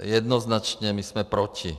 A jednoznačně my jsme proti.